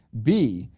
b,